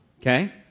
Okay